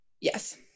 yes